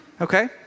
Okay